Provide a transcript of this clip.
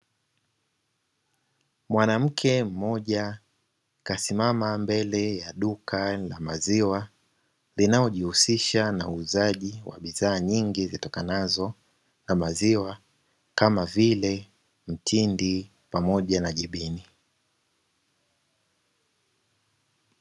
Mwanamke mmoja kasimama mbele ya duka la maziwa, linalojihusisha na uuzaji wa bidhaa nyingi zitokanazo na maziwa kama vile mtindi pamoja na jibini.